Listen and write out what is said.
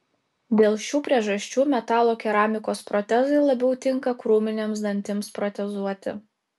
dėl šių priežasčių metalo keramikos protezai labiau tinka krūminiams dantims protezuoti